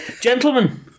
Gentlemen